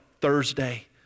Thursday